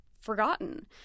forgotten